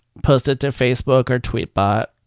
post it to facebook or tweetbot